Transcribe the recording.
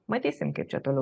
matysim kaip čia toliau